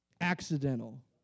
accidental